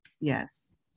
Yes